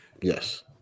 Yes